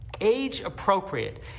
age-appropriate